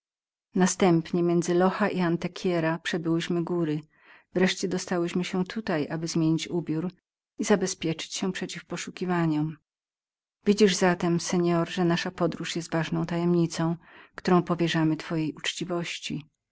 następnie przybyłyśmy między sohha i antequerra wreszcie dostałyśmy się tutaj aby zmienić ubiór i zabezpieczyć się przeciw poszukiwaniom widzisz zatem senor że nasza podróż jest ważną tajemnicą którą powierzamy twojej uczciwości